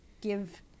give